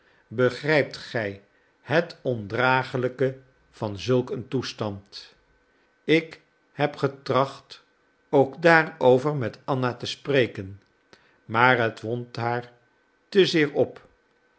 begrijpt gij het ondragelijke van zulk een toestand ik heb getracht ook daarover met anna te spreken maar het wond haar te zeer op